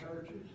churches